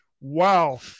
wow